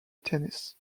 tennis